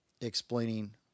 explaining